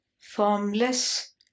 formless